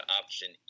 option